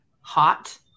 hot